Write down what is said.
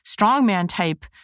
strongman-type